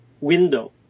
window